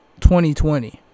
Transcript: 2020